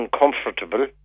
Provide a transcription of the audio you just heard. uncomfortable